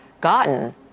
gotten